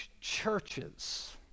churches